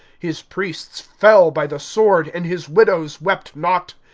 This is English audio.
his priests fell by the sword, and his widows wept not,